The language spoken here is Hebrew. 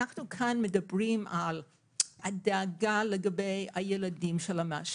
אנחנו מדברים על הדאגה לגבי הילדים של המעשנים,